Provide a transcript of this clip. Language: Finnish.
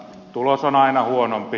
tulos on aina huonompi